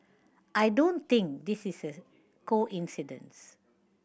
I don't think this is a coincidence